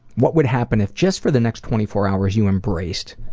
what would happen if just for the next twenty four hours you embraced,